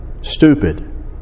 stupid